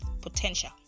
potential